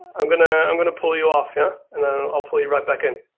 i'm gonna i'm gonna pull you off, yeah and then i'll pull you right back in.